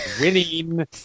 Winning